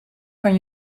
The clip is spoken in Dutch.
kan